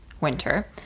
winter